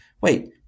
Wait